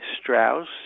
Strauss